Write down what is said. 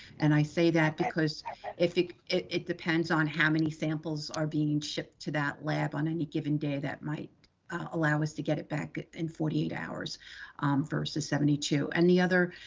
and i say that because if it it depends on how many samples are being shipped to that lab on any given day, that might allow us to get it back in forty eight hours versus seventy two. and the other